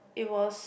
it was